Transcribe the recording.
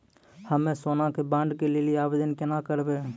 हम्मे सोना के बॉन्ड के लेली आवेदन केना करबै?